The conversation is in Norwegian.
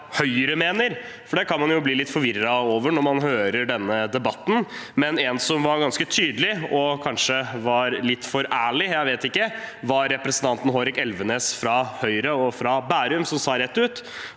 Høyre mener, for det kan man jo bli litt forvirret av når man hører denne debatten. En som var ganske tydelig og kanskje litt for ærlig – jeg vet ikke – var representanten Hårek Elvenes fra Høyre og Bærum, som sa rett ut